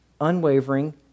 unwavering